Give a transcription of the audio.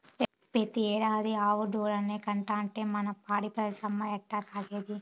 పెతీ ఏడాది ఆవు కోడెదూడనే కంటాంటే మన పాడి పరిశ్రమ ఎట్టాసాగేది